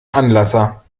anlasser